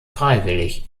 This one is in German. freiwillig